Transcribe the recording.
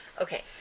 Okay